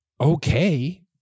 okay